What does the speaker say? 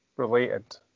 related